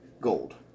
gold